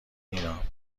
اینا، که